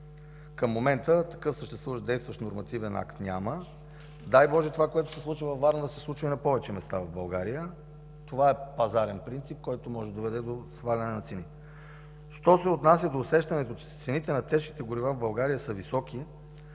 Към момента такъв съществуващ действащ нормативен акт няма. Дай Боже, това, което се случва във Варна, да се случва на повече места в България! Това е пазарен принцип, който може да доведе до сваляне на цените. Що се отнася до усещането, че цените на течните горива в България са високи,